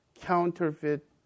counterfeit